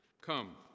Come